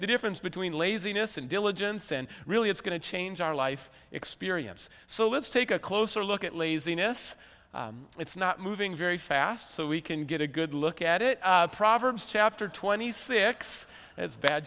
the difference between laziness and diligence and really it's going to change our life experience so let's take a closer look at laziness it's not moving very fast so we can get a good look at it proverbs chapter twenty six as bad